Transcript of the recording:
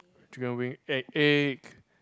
chicken wing egg egg